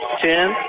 ten